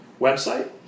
website